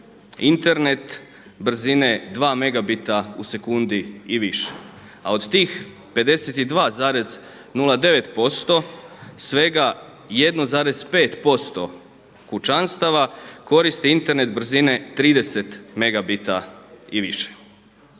Internet brzine 2 megabita u sekundi i više. A od tih 52,09% svega 1,5% kućanstava koristi Internet brzine 30 megabita i više.